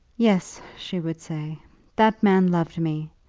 yes, she would say that man loved me.